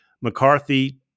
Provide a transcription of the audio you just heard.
McCarthy-